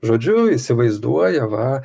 žodžiu įsivaizduoja va